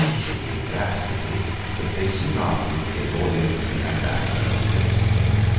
it was in that city that they soon afterwards gave audience to the ambassador of the great king.